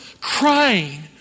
crying